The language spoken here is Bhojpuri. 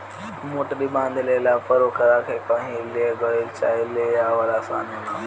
मोटरी बांध लेला पर ओकरा के कही ले गईल चाहे ले आवल आसान होला